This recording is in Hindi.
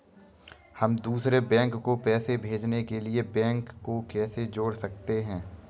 हम दूसरे बैंक को पैसे भेजने के लिए बैंक को कैसे जोड़ सकते हैं?